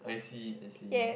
I see I see